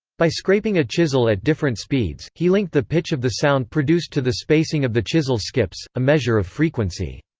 by scraping a chisel at different speeds, he linked the pitch of the sound produced to the spacing of the chisel's skips, a measure of frequency.